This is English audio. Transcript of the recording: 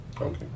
Okay